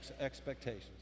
expectations